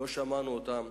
כי לא שמענו אותם.